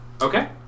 Okay